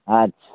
अच्छा